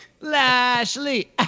Lashley